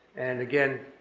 and again,